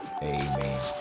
Amen